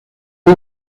the